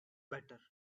better